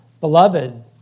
Beloved